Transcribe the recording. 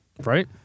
Right